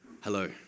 Hello